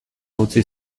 utzi